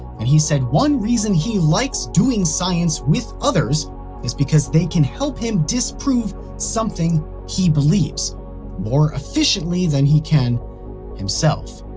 and he said one reason he likes doing science with others is because they can help him disprove something he believes more efficiently than he can himself.